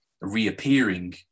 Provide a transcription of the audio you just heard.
reappearing